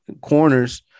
corners